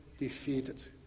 Defeated